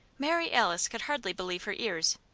mary alice could hardly believe her ears.